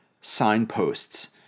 signposts